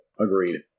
Agreed